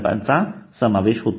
यांचा समावेश होतो